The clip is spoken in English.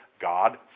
God